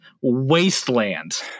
wasteland